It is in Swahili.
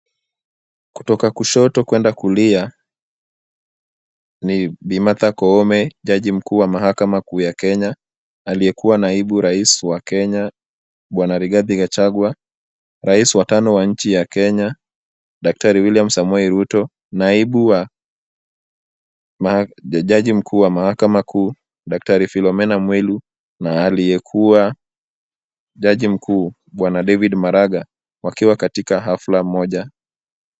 Kutoka kushoto kuenda kulia ni Bi Martha Koome jaji mkuu wa mahakama kuu ya Kenya, aliyekuwa naibu rais wa Kenya bwana Rigathi Gachagua, rais wa tano wa nchi ya Kenya daktari William Samoei Ruto, naibu wa jaji mkuu wa mahakama kuu daktari Philomena Mwilu na aliyekuwa jaji mkuu bwana David Maraga wakiwa katika hafla moja.